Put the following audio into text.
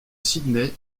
sydney